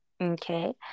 Okay